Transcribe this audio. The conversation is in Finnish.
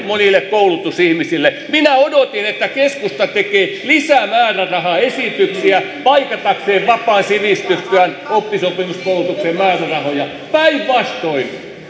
monille koulutusihmisille minä odotin että keskusta tekee lisämäärärahaesityksiä paikatakseen vapaan sivistystyön oppisopimuskoulutuksen määrärahoja päinvastoin